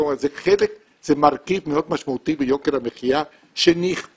זה מרכיב מאוד משמעותי ביוקר המחיה שנכפה